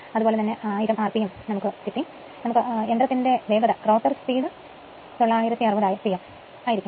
അതുപോലെ തന്നെ 1000 rpm ആണലോ അതുകൊണ്ട് യന്ത്രത്തിന്റെ വേഗത 960 rpm ആയിരിക്കും